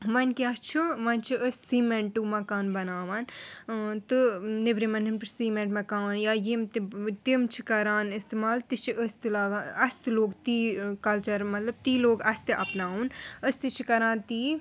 وَنہِ کیٛاہ چھُ وَنہِ چھِ أسۍ سیٖمیٚنٹُو مکان بَناوان ٲں تہٕ نیٚبرِمیٚن ہنٛدۍ پٲٹھۍ سیٖمیٚنٹ مَکان یا یِم تہِ تِم چھِ کَران استعمال تہِ چھِ أسۍ تہِ لاگان اسہِ تہِ لوٗگ تی کَلچَر مطلب تی لوٗگ اسہِ تہِ اَپناوُن أسۍ تہِ چھِ کَران تی